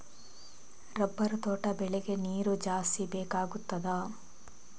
Rubber ತೋಟ ಬೆಳೆಗೆ ನೀರು ಜಾಸ್ತಿ ಬೇಕಾಗುತ್ತದಾ?